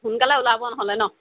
সোনকালে ওলাব নহ'লে নহ্